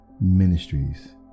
Ministries